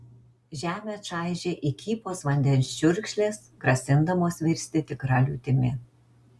žemę čaižė įkypos vandens čiurkšlės grasindamos virsti tikra liūtimi